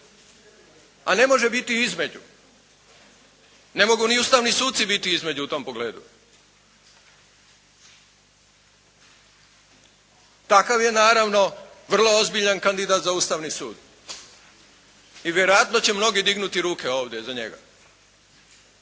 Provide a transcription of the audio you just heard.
A ne može biti između. Ne mogu ni ustavni suci biti između u tom pogledu. Takav je naravno vrlo ozbiljan kandidat za Ustavni sud. I vjerojatno će mnogi dignuti ruke ovdje za njega.